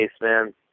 man